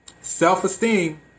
self-esteem